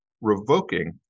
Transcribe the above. revoking